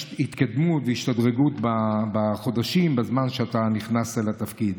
את ההתקדמות וההשתדרגות בחודשים מאז שאתה נכנסת לתפקיד,